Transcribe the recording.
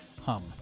hum